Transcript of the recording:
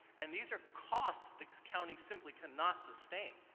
and these are costs that the county simply cannot sustain.